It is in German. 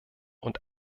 und